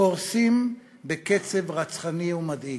קורסים בקצב רצחני ומדאיג.